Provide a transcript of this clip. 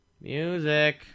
Music